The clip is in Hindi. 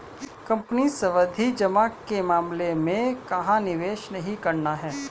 कंपनी सावधि जमा के मामले में कहाँ निवेश नहीं करना है?